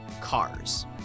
cars